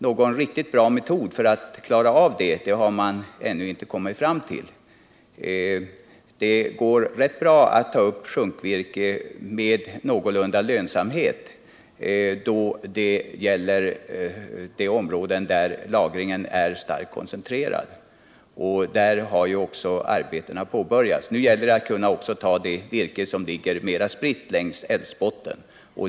Någon riktigt bra metod för att klara av detta har man ännu inte kommit fram till. Det går rätt bra att ta upp sjunkvirke med någorlunda lönsamhet i de områden där lagringen är starkt koncentrerad. Där har ju också arbetena påbörjats. Nu gäller det att även kunna ta det virke som ligger mera spritt längs älvbotten.